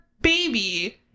baby